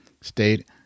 state